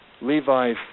Levi's